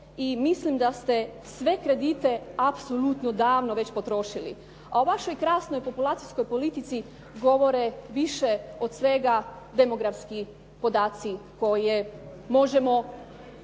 i mislim da ste sve kredite apsolutno davno već potrošili. A o vašoj krasnoj populacijskoj politici govore više od svega demografski podaci koje možemo